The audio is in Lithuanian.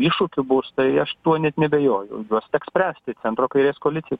iššūkių bus tai aš tuo net neabejoju juos teks spręsti centro kairės koalicijai